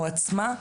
או עצמה,